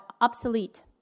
obsolete